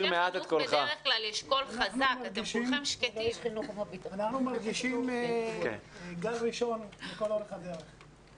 ואילו אנחנו מרגישים גל ראשון לכל אורך הדרך.